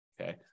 Okay